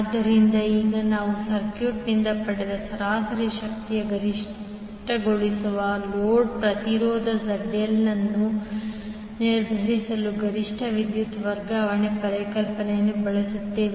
ಆದ್ದರಿಂದ ಈಗ ನಾವು ಸರ್ಕ್ಯೂಟ್ನಿಂದ ಪಡೆದ ಸರಾಸರಿ ಶಕ್ತಿಯನ್ನು ಗರಿಷ್ಠಗೊಳಿಸುವ ಲೋಡ್ ಪ್ರತಿರೋಧ ZL ಅನ್ನು ನಿರ್ಧರಿಸಲು ಗರಿಷ್ಠ ವಿದ್ಯುತ್ ವರ್ಗಾವಣೆ ಪರಿಕಲ್ಪನೆಯನ್ನು ಬಳಸುತ್ತೇವೆ